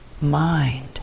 mind